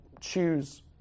choose